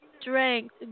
strength